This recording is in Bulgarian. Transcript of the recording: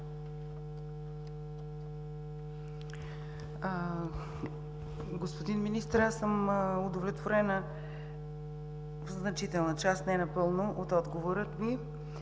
Господин Министър, аз съм удовлетворена в значителна част, не напълно, от отговора Ви.